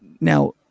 now